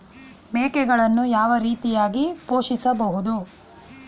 ಮೇಕೆಗಳನ್ನು ಯಾವ ರೀತಿಯಾಗಿ ಪೋಷಿಸಬಹುದು?